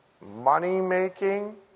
money-making